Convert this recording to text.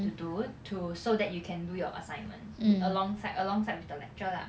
to do to so that you can do your assignments alongside alongside with the lecture lah